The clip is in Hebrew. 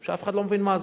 שאף אחד לא מבין מה זה?